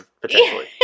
potentially